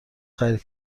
خرید